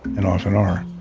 and often are.